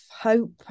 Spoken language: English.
hope